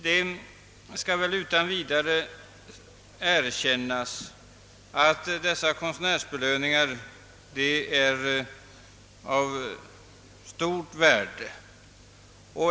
Det skall utan vidare erkännas, att dessa konstnärsbelöningar är av stort värde.